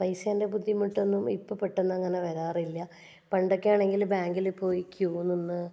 പൈസേൻ്റെ ബുദ്ധിമുട്ടൊന്നും ഇപ്പോൾ പെട്ടെന്നങ്ങനെ വരാറില്ല പണ്ടൊക്കെ ആണെങ്കിൽ ബാങ്കിൽ പോയി ക്യു നിന്ന്